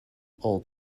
old